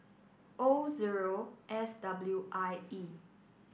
O zero S W I E